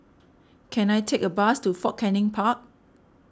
can I take a bus to Fort Canning Park